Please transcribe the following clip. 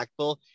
impactful